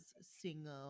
singer